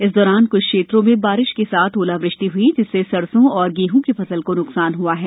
इस दौरान कुछ क्षेत्रो में बारिश के साथ ओलावृष्टि हुई जिससे सरसों व गेहूं की फसल को न्कसान हुआ है